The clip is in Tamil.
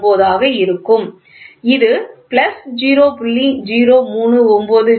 0429 ஆக இருக்கும் இது பிளஸ் 0